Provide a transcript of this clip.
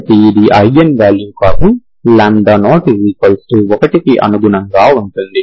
కాబట్టి ఇది eigen value కాదు 01కి అనుగుణంగా ఉంటుంది